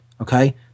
okay